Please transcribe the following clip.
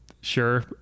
sure